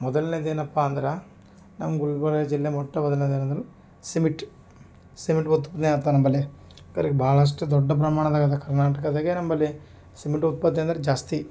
ಮೊದಲನೇದೇನಪ್ಪಾ ಅಂದ್ರೆ ನಮ್ಮ ಗುಲ್ಬರ್ಗ ಜಿಲ್ಲೆ ಮೊಟ್ಟ ಮೊದಲ್ನೇದೇನು ಅಂದರೆ ಸಿಮಿಟ್ ಸೀಮಿಂಟ್ ಉತ್ಪಾದನ್ಯಾತ ನಂಬಲ್ಲಿ ಖರೆ ಭಾಳಷ್ಟ್ ದೊಡ್ಡ ಪ್ರಮಾಣದಾಗೆ ಅದೆ ಕರ್ನಾಟಕದಾಗೇ ನಂಬಲ್ಲಿ ಸಿಮೆಂಟ್ ಉತ್ಪಾದನೆ ಅಂದರೆ ಜಾಸ್ತಿ